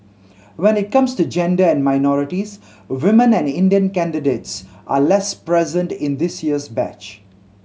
when it comes to gender and minorities women and Indian candidates are less present in this year's batch